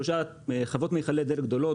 שלוש חוות מיכלי דלק גדולות,